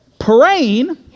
praying